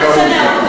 מה זה משנה?